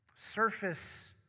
surface